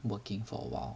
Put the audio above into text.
working for awhile